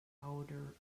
powder